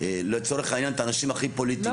לצורך העניין את האנשים הכי פוליטיים.